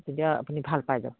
তেতিয়া আপুনি ভাল পাই যাব